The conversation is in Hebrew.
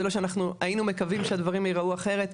היינו מקווים שהדברים ייראו אחרת.